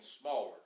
smaller